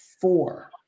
four